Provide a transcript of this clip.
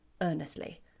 earnestly